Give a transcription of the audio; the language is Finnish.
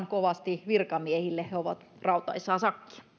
kovasti virkamiehille he ovat rautaisaa sakkia